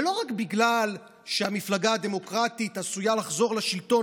ולא רק בגלל שהמפלגה הדמוקרטית עשויה לחזור לשלטון,